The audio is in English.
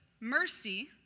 mercy